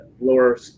lower